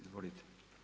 Izvolite.